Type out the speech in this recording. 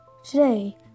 Today